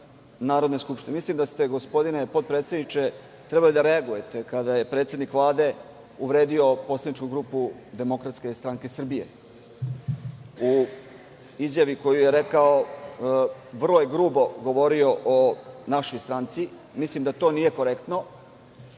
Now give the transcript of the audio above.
Narodne skupštine. Mislim da ste, gospodine potpredsedniče, trebali da reagujete kada je predsednik Vlade uvredio poslaničku grupu DSS. U izjavi koju je rekao vrlo je grubo govorio o našoj stranci. Mislim da to nije korektno.